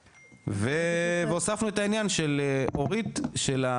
והוספנו את העניין של אורית של,